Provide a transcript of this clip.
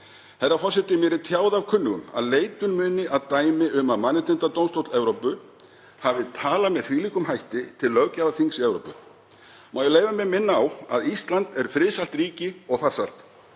Herra forseti. Mér er tjáð af kunnugum að leitun muni að dæmi um að Mannréttindadómstóll Evrópu hafi talað með þvílíkum hætti til löggjafarþings í Evrópu. Má ég leyfa mér að minna á að Ísland er friðsælt ríki og farsælt.